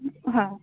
હા